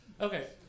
okay